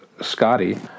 Scotty